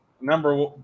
number